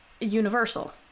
universal